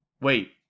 wait